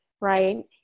right